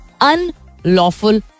unlawful